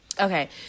Okay